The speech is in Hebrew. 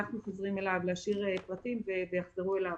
להשאיר פרטים ואז אנחנו חוזרים אליו.